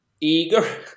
eager